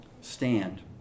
Stand